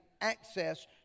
access